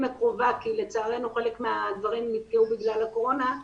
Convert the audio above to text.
הקרובה כי לצערנו חלק מהדברים נתקעו בגלל הקורונה.